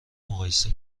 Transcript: مقایسه